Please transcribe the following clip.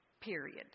Period